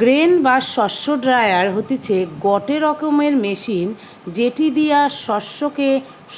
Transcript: grain বা শস্য dryer হতিছে গটে রকমের মেশিন যেটি দিয়া শস্য কে